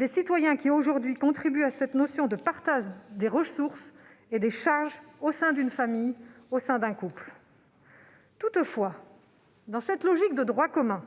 et contribuant aujourd'hui à cette notion de partage des ressources et des charges au sein d'une famille, d'un couple. Toutefois, dans cette logique de droit commun,